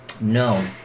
no